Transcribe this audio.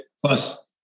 plus